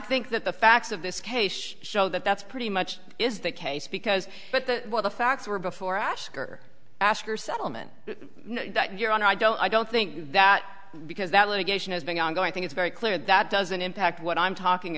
think that the facts of this case show that that's pretty much is the case because but the what the facts were before ashtar askers settlement your honor i don't i don't think that because that litigation has been ongoing thing it's very clear that doesn't impact what i'm talking